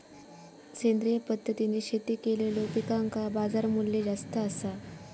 सेंद्रिय पद्धतीने शेती केलेलो पिकांका बाजारमूल्य जास्त आसा